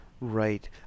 Right